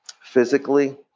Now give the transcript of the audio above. Physically